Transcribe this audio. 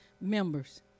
members